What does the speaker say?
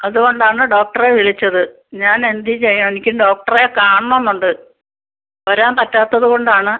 അതുകൊണ്ടാണ് ഡോക്ടറെ വിളിച്ചത് ഞാൻ എന്ത് ചെയ്യും എനിക്ക് ഡോക്ടറെ കാണണമെന്ന് ഉണ്ട് വരാൻ പറ്റാത്തത് കൊണ്ടാണ്